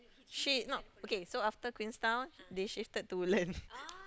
she not okay after Queenstown they shifted to Woodland